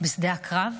בשדה הקרב.